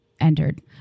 entered